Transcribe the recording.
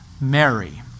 Mary